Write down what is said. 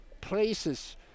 places